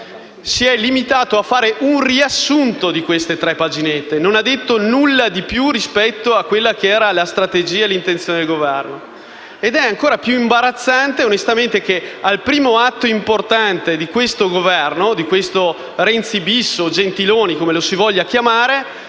si è limitato a fare un riassunto di queste tre paginette e non ha detto nulla di più rispetto alla strategia e all'intenzione del Governo. Ancora più imbarazzante è che, al primo atto importante di questo Governo (di questo Renzi-*bis* o Gentiloni, comunque lo si voglia chiamare),